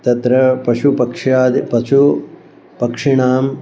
तत्र पशुपक्षादि पशुपक्षिणाम्